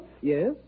Yes